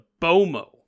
Bomo